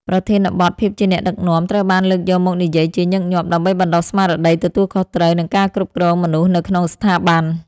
ប្រធានបទ ភាពជាអ្នកដឹកនាំ ត្រូវបានលើកយកមកនិយាយជាញឹកញាប់ ដើម្បីបណ្ដុះស្មារតីទទួលខុសត្រូវ និងការគ្រប់គ្រងមនុស្សនៅក្នុងស្ថាប័ន។